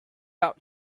out